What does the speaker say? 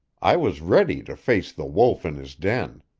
i was ready to face the wolf in his den,